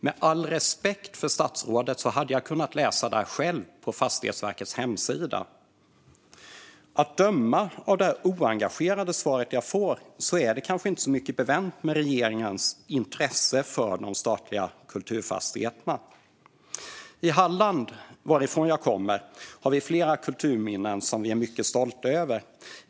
Med all respekt för statsrådet hade jag kunnat läsa detta själv på Fastighetsverkets hemsida. Att döma av det oengagerade svaret jag får är det kanske inte så mycket bevänt med regeringens intresse för de statliga kulturfastigheterna. I Halland, varifrån jag kommer, har vi flera kulturminnen som vi är mycket stolta över.